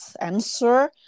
answer